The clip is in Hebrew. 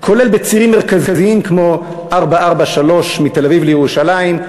כולל בצירים מרכזיים כמו 443 מתל-אביב לירושלים.